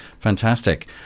fantastic